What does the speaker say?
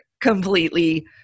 completely